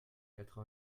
quatre